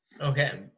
Okay